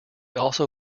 also